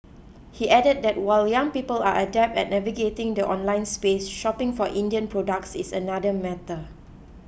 he added that while young people are adept at navigating the online space shopping for Indian products is another matter